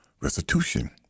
restitution